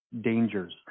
dangers